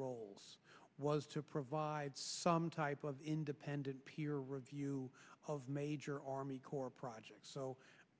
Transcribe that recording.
roles was to provide some type of independent peer review of major army corps projects so